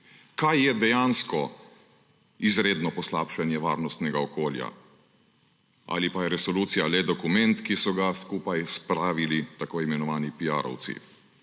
Kaj je dejansko izredno poslabšanje varnostnega okolja? Ali pa je resolucija le dokument, ki so ga skupaj spravili tako imenovani piarovci?